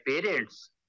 parents